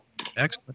Excellent